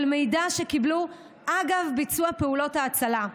מידע שקיבלו אגב ביצוע פעולות ההצלה,